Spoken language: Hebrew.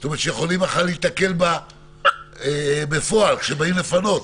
זאת אומרת שיכולים מחר להיתקל בה בפועל כשבאים לפנות,